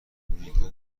مونیکا